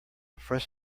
fresh